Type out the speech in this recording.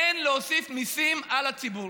אין להוסיף מיסים על הציבור.